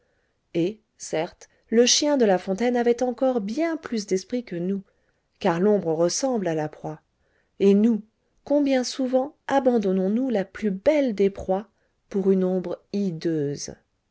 et certes le chien de la fontaine avait encore bien plus d'esprit que nous car l'ombre ressemble à la proie et nous combien souvent abandonnons-nous la plus belle des proies pour une ombre